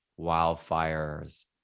wildfires